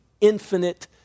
infinite